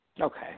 Okay